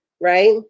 right